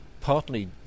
partly